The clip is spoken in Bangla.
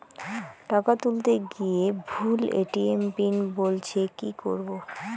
টাকা তুলতে গিয়ে ভুল এ.টি.এম পিন বলছে কি করবো?